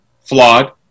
flawed